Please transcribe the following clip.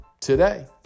today